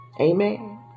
Amen